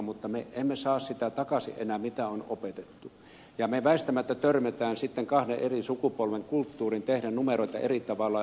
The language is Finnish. mutta me emme saa sitä takaisin enää mitä on opetettu ja me väistämättä törmäämme sitten kahden eri sukupolven kulttuuriin tehdä numeroita eri tavalla